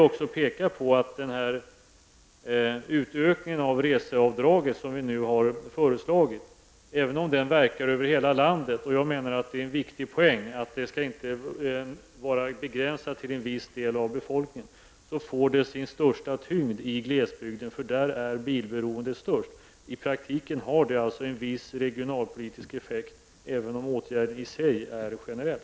Även om den höjning av reseavdraget som nu har föreslagits verkar över hela landet -- och jag menar att det är en viktig poäng att avdraget inte skall begränsas till en viss del av befolkningen -- får den sin största tyngd i glesbygden, eftersom bilberoendet är störst där. I praktiken har det alltså en viss regionalpolitisk effekt, även om åtgärden i sig är generell.